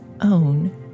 own